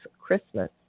Christmas